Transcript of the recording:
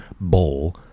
bowl